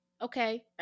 Okay